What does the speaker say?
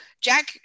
jack